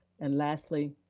and lastly,